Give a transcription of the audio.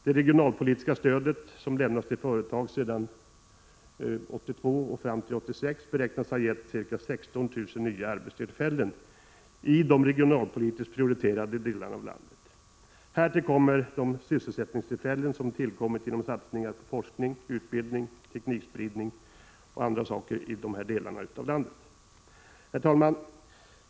Det regionalpolitiska stödet, som lämnats till företag 1982-86, beräknas ha gett ca 16 000 nya arbetstillfällen i de regionalpolitiskt prioriterade delarna av landet. Härtill kommer de sysselsättningstillfällen som tillkommit genom satsningar på forskning, utbildning, teknikspridning m.m. i dessa delar av landet. Herr talman!